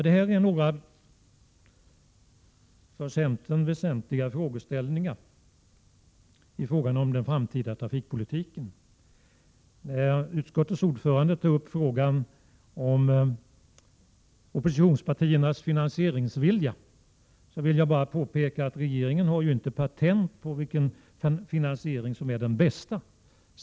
Det här är några för centern väsentliga frågeställningar beträffande den framtida trafikpolitiken. Utskottets ordförande tog upp frågan om oppositionspartiernas finansieringsvilja. Jag vill bara påpeka att regeringen inte har patent på vilken finansiering som är den bästa.